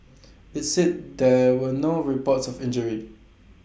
IT said there were no reports of injuries